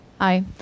Hi